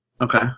okay